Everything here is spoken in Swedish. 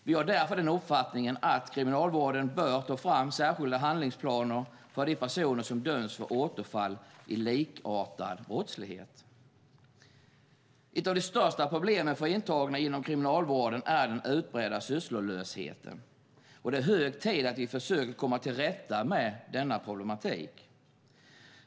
Vi har därför den uppfattningen att Kriminalvården bör ta fram särskilda handlingsplaner för de personer som döms för återfall i likartad brottslighet. Ett av de största problemen för intagna inom Kriminalvården är den utbredda sysslolösheten. Det är hög tid att vi försöker komma till rätta med denna problematik.